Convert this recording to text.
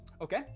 Okay